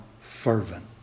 fervent